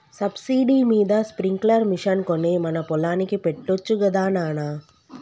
subsidy మీద sprinkler machine కొని మన పొలానికి పెట్టొచ్చు గదా నాన